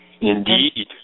indeed